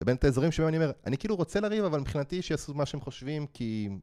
ובין את האזורים שבהם אני אומר, אני כאילו רוצה לריב אבל מבחינתי שיש מה שהם חושבים כי